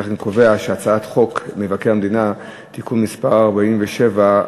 לפיכך אני קובע שהצעת חוק מבקר המדינה (תיקון מס' 47),